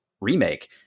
Remake